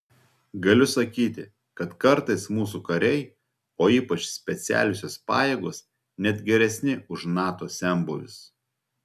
galiu sakyti kad kartais mūsų kariai o ypač specialiosios pajėgos net geresni už nato senbuvius